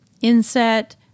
inset